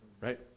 Right